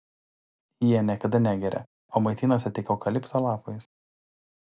jie niekada negeria o maitinasi tik eukalipto lapais